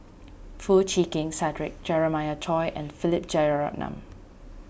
Foo Chee Keng Cedric Jeremiah Choy and Philip Jeyaretnam